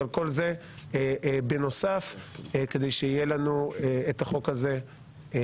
כל זה כדי שיהיה לנו את החוק הזה והכנסת